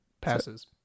Passes